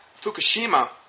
Fukushima